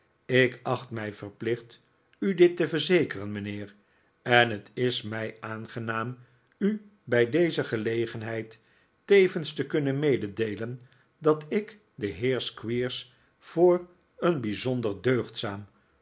ik acht mij verplicht u dit te verzekeren mijnheer en het is mij aangenaam u bij deze gelegenheid tevens te kunnen meedeelen dat ik den heer squeers voor een bijzonder